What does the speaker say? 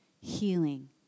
healing